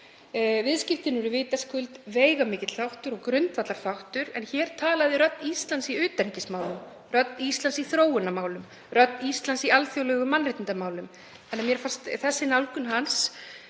Viðskipti eru vitaskuld veigamikill þáttur og grundvallarþáttur en hér talaði rödd Íslands í utanríkismálum, rödd Íslands í þróunarmálum, rödd Íslands í alþjóðlegum mannréttindamálum;